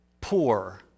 poor